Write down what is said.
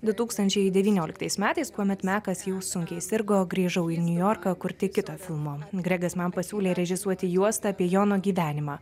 du tūkstančiai devynioliktais metais kuomet mekas jau sunkiai sirgo grįžau į niujorką kurti kito filmo gregas man pasiūlė režisuoti juostą apie jono gyvenimą